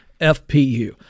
FPU